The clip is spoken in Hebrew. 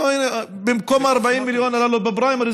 במקום 40 מיליון בפריימריז,